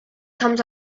comes